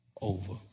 over